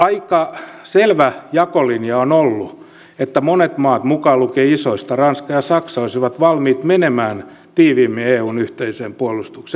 aika selvä jakolinja on ollut että monet maat mukaan lukien isoista ranska ja saksa olisivat valmiit menemään tiiviimmin eun yhteiseen puolustukseen